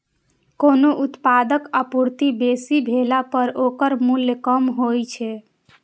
कोनो उत्पादक आपूर्ति बेसी भेला पर ओकर मूल्य कम होइ छै